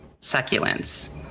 Succulents